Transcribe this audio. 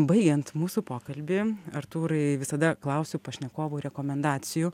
baigiant mūsų pokalbį artūrai visada klausiu pašnekovų rekomendacijų